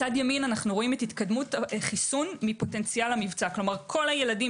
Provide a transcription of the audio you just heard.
מצד ימין רואים את התקדמות חיסון מפוטנציאל המבצע כלומר כל הילדים